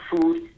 food